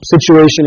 situation